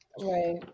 Right